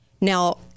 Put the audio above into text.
Now